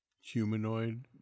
humanoid